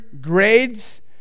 grades